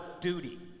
duty